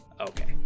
okay